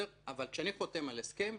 אבל כשאני חותם על הסכם,